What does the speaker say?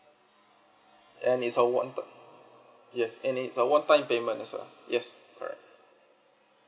and it's a one-time yes and it's a one-time payment as well yes correct